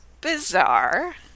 bizarre